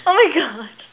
oh my gosh